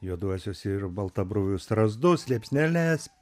juoduosius ir baltabruvius strazdus liepsneles